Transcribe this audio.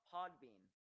Podbean